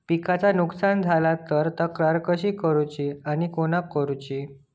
पिकाचा नुकसान झाला तर तक्रार कशी करूची आणि कोणाकडे करुची?